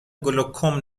گلوکوم